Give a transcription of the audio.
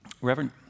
Reverend